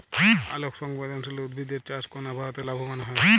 আলোক সংবেদশীল উদ্ভিদ এর চাষ কোন আবহাওয়াতে লাভবান হয়?